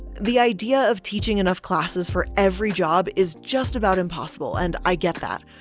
the idea of teaching enough classes for every job is just about impossible and i get that.